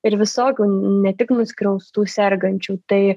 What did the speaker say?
ir visokių ne tik nuskriaustų sergančių tai